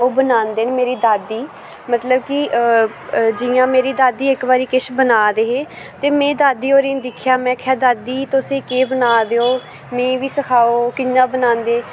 ओह् बनांदे न मेरी दादी मतलव की जियां मेरी दादी इक बारी किश बना दे हे ते में दादी होरें दिक्खेआ में आक्खेआ तुस एह् केह् बना दे ओ मिगी बी सखाओ कियां बनांदे